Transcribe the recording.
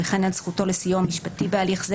וכן על זכותו לסיוע משפטי בהליך זה